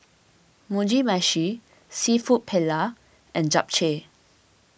Mugi Meshi Seafood Paella and Japchae